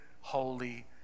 holy